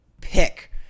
pick